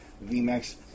V-Max